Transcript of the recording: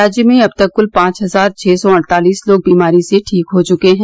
राज्य में अब तक कुल पांच हजार छह सौ अड़तालीस लोग बीमारी से ठीक हो चुके हैं